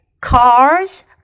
cars